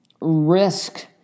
risk